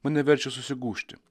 mane verčia susigūžti